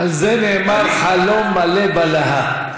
על זה נאמר: חלום מלא בלהה.